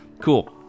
Cool